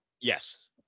Yes